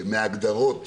מההגדרות